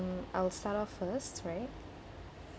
I'll start off first right